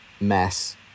mess